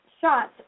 shots